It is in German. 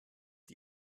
die